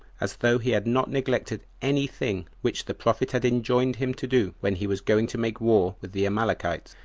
as though he had not neglected any thing which the prophet had enjoined him to do when he was going to make war with the amalekites,